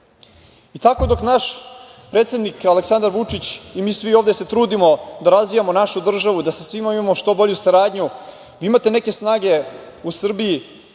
dok se naš predsednik Aleksandar Vučić i mi svi ovde trudimo da razvijamo našu državu, da sa svima imamo što bolju saradnju, vi imate neke snage u Srbiji,